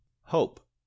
hope